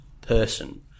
person